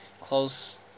close